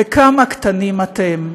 וכמה קטנים אתם.